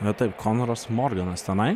na taip konaras morganas tenai